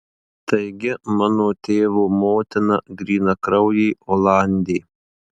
taigi mano tėvo motina grynakraujė olandė